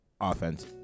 offense